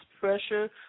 Pressure